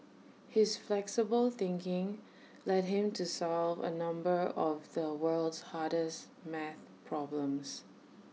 his flexible thinking led him to solve A number of the world's hardest math problems